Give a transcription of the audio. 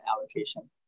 allocation